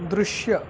ದೃಶ್ಯ